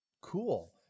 Cool